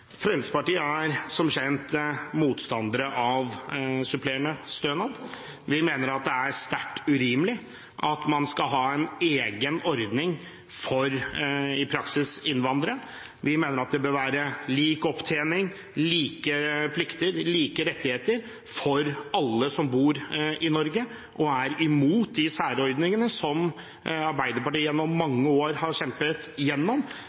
Fremskrittspartiet er som kjent motstandere av supplerende stønad. Vi mener at det er sterkt urimelig at man skal ha en egen ordning for i praksis innvandrere. Vi mener at det bør være lik opptjening, like plikter og like rettigheter for alle som bor i Norge, og er imot de særordningene som Arbeiderpartiet gjennom